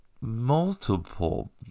Multiple